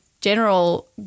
general